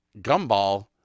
gumball